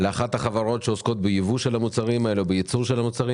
לאחת החברות שעוסקות ביבוא של המוצרים האלה או בייצורם?